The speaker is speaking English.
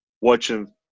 watching